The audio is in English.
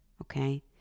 okay